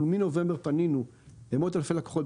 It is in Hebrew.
אנחנו מנובמבר פנינו למאות אלפי לקוחות.